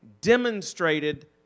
demonstrated